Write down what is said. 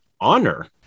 honor